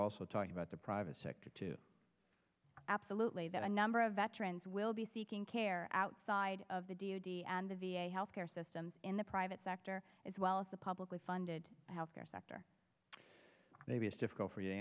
also talking about the private sector to absolutely that a number of veterans will be seeking care outside of the d o d and the v a health care systems in the private sector as well as the publicly funded health care sector maybe it's difficult for you to